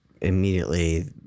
immediately